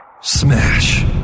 smash